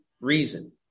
reason